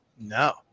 No